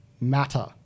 matter